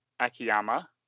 Akiyama